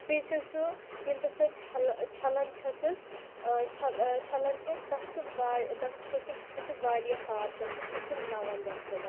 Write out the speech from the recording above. بیٚیہِ چھُ سُہ ییٚلہِ بہٕ سۅ چھلہٕ چھلان چھسَس چھلان چھَس تَتھ چھُ وارِتتھ چھُ سٔہ چھُ واریاہ صاف گَژھان سُہ چھُ نَوان دۄہ کھۄتہٕ دۄہ